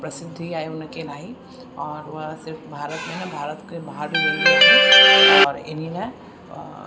प्रसिध्धी आहे हुनखे इलाही और उहा सिर्फ़ु भारत में न भारत जे ॿाहिरि बीं और इन्ही लाइ